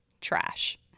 Trash